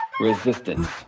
Resistance